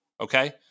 Okay